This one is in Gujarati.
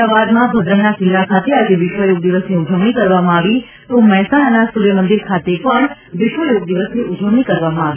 અમદાવાદમાં ભદ્રના કિલ્લા ખાતે આજે વિશ્વયોગ દિવસની ઉજવણી કરવામાં આવી હતી તો મહેસાણાના સૂર્યમંદિર ખાતે પણ વિશ્વયોગ દિવસની ઉજવણી કરવામાં આવી